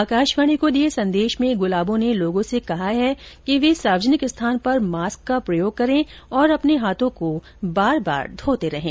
आकाशवाणी को दिए संदेश में गुलाबो ने लोगों से कहा है कि वे सार्वजनिक स्थान पर मास्क का प्रयोग करें और अपने हाथों को बार बार धोते रहें